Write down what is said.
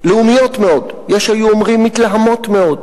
לאומיות מאוד, יש שהיו אומרים, מתלהמות מאוד,